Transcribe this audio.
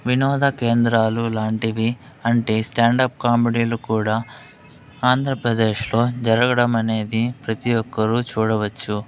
వినోద కేంద్రాలు లాంటివి అంటే స్టాండ్ అప్ కామెడీలు కూడా ఆంధ్రప్రదేశ్లో జరగడం అనేది ప్రతి ఒక్కరూ చూడవచ్చు